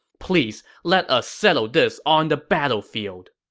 please let us settle this on the battlefield.